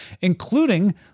including